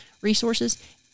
resources